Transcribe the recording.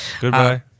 Goodbye